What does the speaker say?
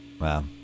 Wow